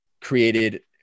Created